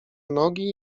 nogi